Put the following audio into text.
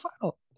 final